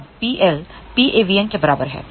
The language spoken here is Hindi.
अब Pl PAVN के बराबर है